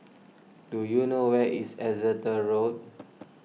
do you know where is Exeter Road